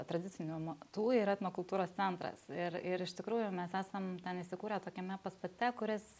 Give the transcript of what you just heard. tradicinių amatų yra kultūros centras ir ir iš tikrųjų mes esam ten įsikūrę tokiame pastate kuris